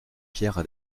pierres